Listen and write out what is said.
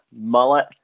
mullet